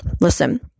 listen